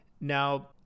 Now